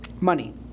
money